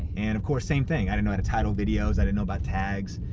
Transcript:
and of course, same thing, i didn't know how to title videos, i didn't know about tags.